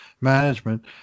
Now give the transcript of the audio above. management